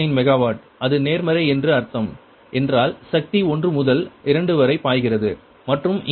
89 megawatt அது நேர்மறை என்று அர்த்தம் என்றால் சக்தி 1 முதல் 2 வரை பாய்கிறது மற்றும் இங்கே P21 இல் 174